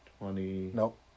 Nope